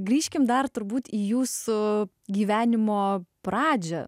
grįžkime dar turbūt į jūsų gyvenimo pradžią